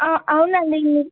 అవునండి మీ